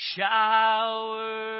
Shower